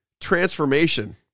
transformation